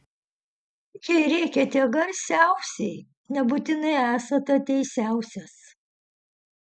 jei rėkiate garsiausiai nebūtinai esate teisiausias